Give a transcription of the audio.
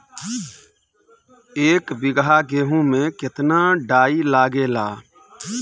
एक बीगहा गेहूं में केतना डाई लागेला?